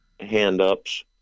Hand-ups